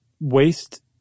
waste